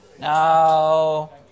No